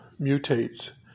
mutates